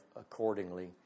accordingly